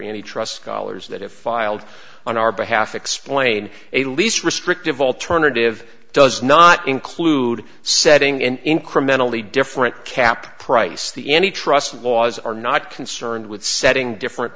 any trust scholars that have filed on our behalf explain a least restrictive alternative does not include setting in incrementally different cap price the any trust laws are not concerned with setting different